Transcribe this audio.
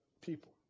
people